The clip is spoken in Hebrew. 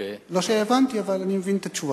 לא שהבנתי, אבל אני מבין את התשובה.